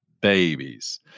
babies